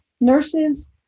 nurses